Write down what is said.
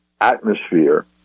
atmosphere